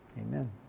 Amen